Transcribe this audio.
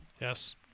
Yes